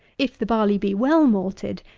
if the barley be well malted,